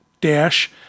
Dash